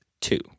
two